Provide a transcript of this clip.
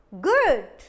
good